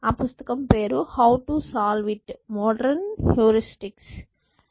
ఆ పుస్తకం పేరు how to solve it modern heuristics how to solve it modern heuristics